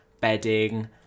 bedding